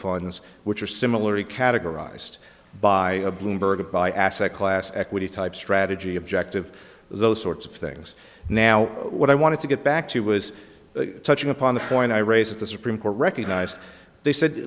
funds which are similarly categorized by a bloomberg buy asset class equity type strategy objective those sorts of things now what i wanted to get back to was touching upon the point i raised at the supreme court recognized they said